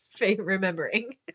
remembering